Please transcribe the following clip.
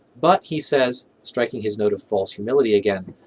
but, he says, striking his note of false humility again,